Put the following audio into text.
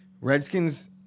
Redskins